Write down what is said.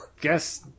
Guess